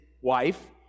wife